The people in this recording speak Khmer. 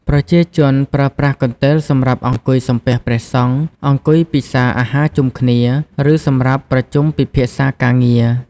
ប្រជាជនប្រើប្រាស់កន្ទេលសម្រាប់អង្គុយសំពះព្រះសង្ឃ អង្គុយពិសាអាហារជុំគ្នា ឬសម្រាប់ប្រជុំពិភាក្សាការងារ។